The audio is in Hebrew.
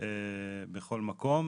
בכל מקום.